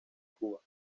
cuba